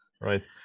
right